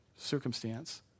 circumstance